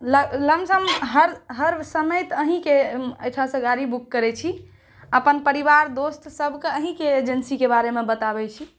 lump लम्पशम्प हर हर समैत अहीँक ओहिठामसॅं गाड़ी बुक करैत छी अपन परिवार दोस्त सबके अहीँके एजेन्सीके बारेमे बताबै छी